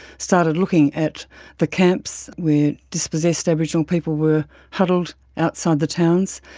started looking at the camps where dispossessed aboriginal people were huddled outside the towns,